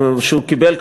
והוא קיבל,